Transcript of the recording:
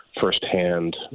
firsthand